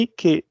che